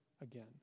again